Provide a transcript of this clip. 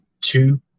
two